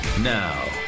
Now